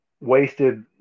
wasted